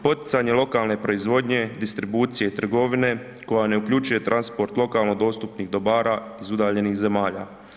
Poticanje lokalne proizvodnje, distribucije i trgovine koja ne uključuje transport lokalno dostupnih dobara iz udaljenih zemalja.